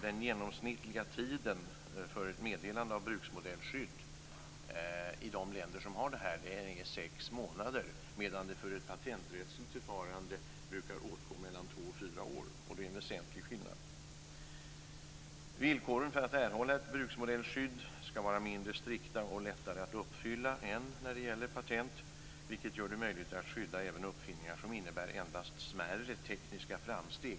Den genomsnittliga tiden för meddelande av bruksmodellskydd i de länder som har sådant är sex månader, medan det för ett patenträttsligt förfarande brukar åtgå mellan två och fyra år. Det är en väsentlig skillnad. Villkoren för att erhålla ett bruksmodellskydd skall vara mindre strikta och lättare att uppfylla än när det gäller patent, vilket gör det möjligt att även skydda uppfinningar som endast innebär smärre tekniska framsteg.